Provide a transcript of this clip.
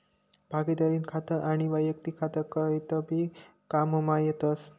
भागिदारीनं खातं आनी वैयक्तिक खातं कदय भी काममा येतस